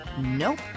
Nope